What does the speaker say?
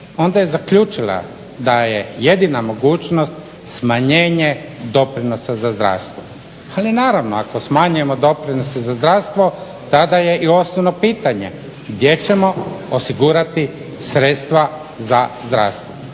onda je zaključila da je jedina mogućnost smanjenje doprinosa za zdravstvo, ali naravno ako smanjujemo doprinose za zdravstvo, tada je i osnovno pitanje gdje ćemo osigurati sredstva za zdravstvo.